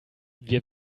wir